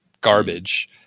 garbage